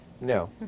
No